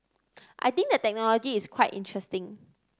I think the technology is quite interesting